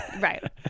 right